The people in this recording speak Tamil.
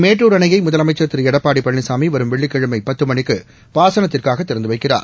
மேட்டுர் அணையை முதலமைச்சர் திரு எடப்பாடி பழனிசாமி வரும் வெள்ளிக்கிழமை பத்து மணிக்கு பாசனத்துக்காக திறந்து வைக்கிறார்